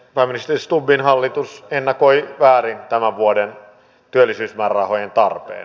pääministeri stubbin hallitus ennakoi väärin tämän vuoden työllisyysmäärärahojen tarpeen